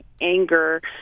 anger